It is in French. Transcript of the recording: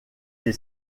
est